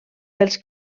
pels